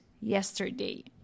yesterday